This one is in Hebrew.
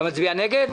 אתה מצביע נגד?